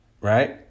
right